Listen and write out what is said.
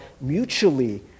mutually